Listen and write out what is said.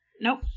Nope